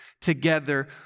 together